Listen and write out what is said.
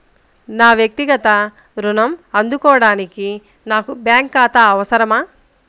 నా వక్తిగత ఋణం అందుకోడానికి నాకు బ్యాంక్ ఖాతా అవసరమా?